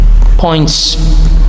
points